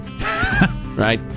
Right